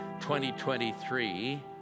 2023